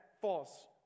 false